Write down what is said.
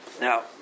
Now